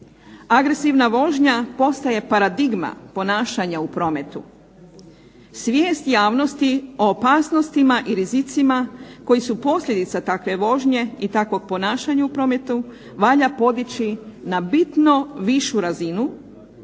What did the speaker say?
Agresivna vožnja postaje paradigma ponašanja u prometu. Svijest javnosti o opasnostima i rizicima koji su posljedica takve vožnje i takvog ponašanja u prometu valja podići na bitno višu razinu,